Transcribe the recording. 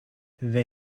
they